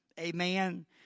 Amen